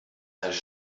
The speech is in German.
einen